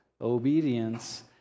obedience